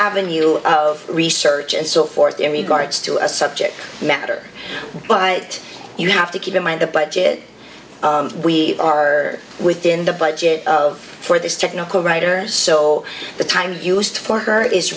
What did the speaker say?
avenue of research and so forth in regards to a subject matter by it you have to keep in mind the budget we are within the budget of for this technical writer so the time used for her is